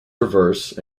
reverse